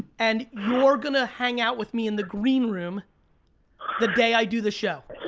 and you're gonna hang out with me in the green room the day i do the show.